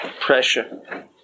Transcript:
pressure